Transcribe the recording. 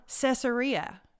Caesarea